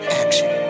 action